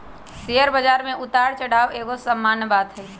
share बजार में उतार चढ़ाओ एगो सामान्य बात हइ